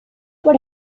por